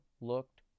looked